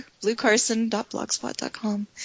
bluecarson.blogspot.com